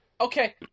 okay